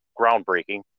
groundbreaking